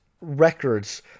records